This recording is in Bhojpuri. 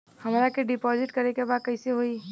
हमरा के डिपाजिट करे के बा कईसे होई?